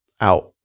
out